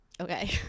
Okay